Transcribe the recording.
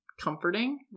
comforting